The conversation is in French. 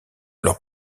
leur